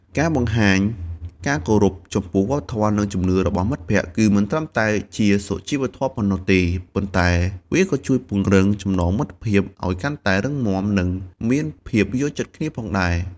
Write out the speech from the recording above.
ការបង្ហាញការគោរពចំពោះវប្បធម៌ និងជំនឿរបស់មិត្តភក្តិ គឺមិនត្រឹមតែជាសុជីវធម៌ប៉ុណ្ណោះទេ ប៉ុន្តែវាក៏ជួយពង្រឹងចំណងមិត្តភាពឲ្យកាន់តែរឹងមាំ និងមានភាពយល់ចិត្តគ្នាផងដែរ។